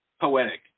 poetic